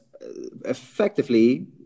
effectively